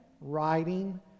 writing